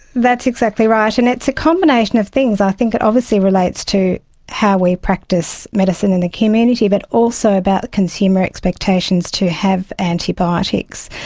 that's exactly right, and it's a combination of things. i think it obviously relates to how we practice medicine in the community, but also about consumer expectations to have antibiotics.